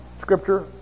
Scripture